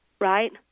right